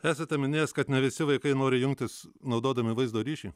esate minėjęs kad ne visi vaikai nori jungtis naudodami vaizdo ryšį